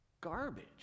Garbage